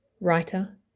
writer